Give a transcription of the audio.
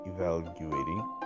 evaluating